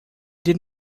did